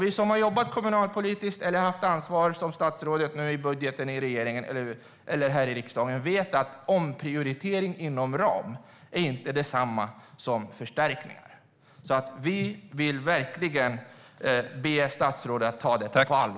Vi som har jobbat kommunalpolitiskt eller har haft ansvar, till exempel statsrådet, för budgeten i regeringen eller här i riksdagen vet att omprioritering inom ram inte är detsamma som förstärkningar. Vi vill verkligen be statsrådet att ta detta på allvar.